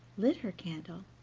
lit her candle,